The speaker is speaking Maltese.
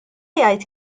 jgħid